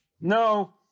No